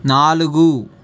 నాలుగు